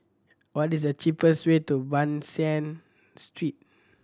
what is the cheapest way to Ban San Street